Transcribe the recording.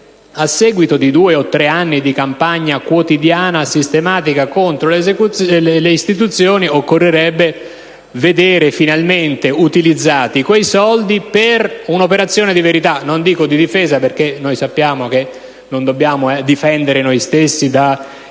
a seguito di due o tre anni di campagna quotidiana sistematica contro le istituzioni, occorrerebbe vedere finalmente utilizzati quei soldi per una operazione di verità: non dico di difesa, perché sappiamo che non dobbiamo difendere noi stessi dal